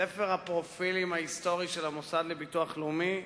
ספר הפרופילים ההיסטורי של המוסד לביטוח לאומי קיים,